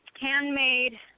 handmade